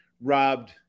robbed